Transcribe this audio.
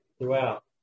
throughout